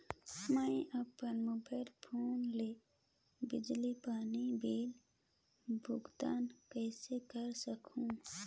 मैं अपन mobile phone ले बिजली पानी बिल भुगतान कइसे कर सकहुं?